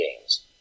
games